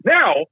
Now